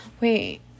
Wait